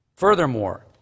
Furthermore